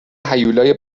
هیولای